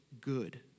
good